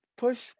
push